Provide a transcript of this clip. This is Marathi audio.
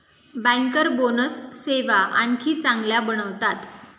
बँकर बोनस सेवा आणखी चांगल्या बनवतात